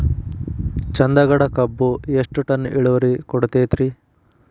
ಚಂದಗಡ ಕಬ್ಬು ಎಷ್ಟ ಟನ್ ಇಳುವರಿ ಕೊಡತೇತ್ರಿ?